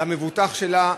למבוטח שלה,